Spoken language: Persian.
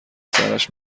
سرش